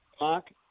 Mark